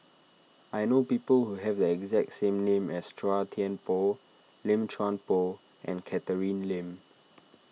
I know people who have the exact same name as Chua Thian Poh Lim Chuan Poh and Catherine Lim